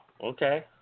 Okay